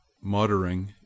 Muttering